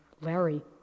Larry